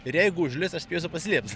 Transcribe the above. ir jeigu užlis aš spėsiu paslėpt